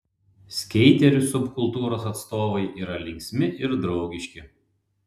skeiterių subkultūros atstovai yra linksmi ir draugiški